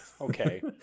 okay